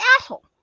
asshole